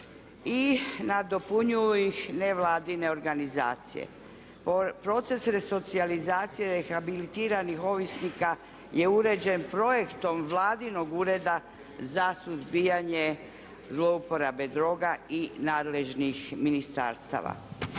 i nadopunjuju ih nevladine organizacije. Proces resocijalizacije rehabilitiranih ovisnika je uređen projektom vladinog Ureda za suzbijanje zlouporabe droga i nadležnih ministarstava.